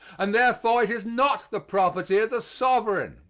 and therefore it is not the property of the sovereign.